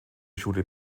schule